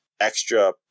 extra